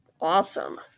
awesome